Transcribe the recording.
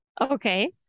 okay